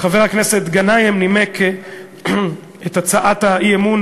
חבר הכנסת גנאים נימק את הצעת האי-אמון